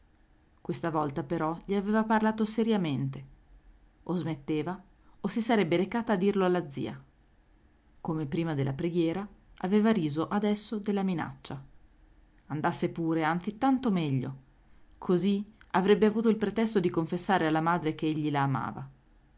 questa volta però gli aveva parlato seriamente o smetteva o si sarebbe recata a dirlo alla zia come prima della preghiera aveva riso adesso della minaccia andasse pure anzi tanto meglio così avrebbe avuto il pretesto di confessare alla madre che egli la amava